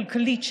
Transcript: כלכלית,